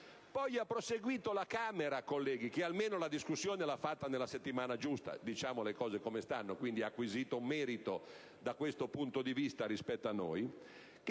poi proseguito la Camera - che almeno la discussione l'ha fatta nella settimana giusta (diciamo le cose come stanno) e ha acquisito un merito da questo punto di vista rispetto a noi - che